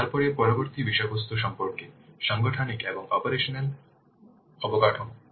তারপরে পরবর্তী বিষয়বস্তু সম্পর্কে সাংগঠনিক এবং অপারেশনাল অবকাঠামো